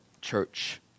church